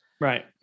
Right